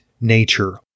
nature